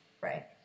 Right